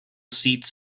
seats